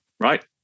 right